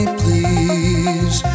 please